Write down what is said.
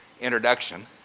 introduction